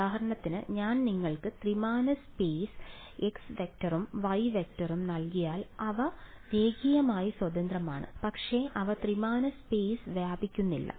ഉദാഹരണത്തിന് ഞാൻ നിങ്ങൾക്ക് ത്രിമാന സ്പേസ് x വെക്ടറും y വെക്ടറും നൽകിയാൽ അവ രേഖീയമായി സ്വതന്ത്രമാണ് പക്ഷേ അവ ത്രിമാന സ്പേസിൽ വ്യാപിക്കുന്നില്ല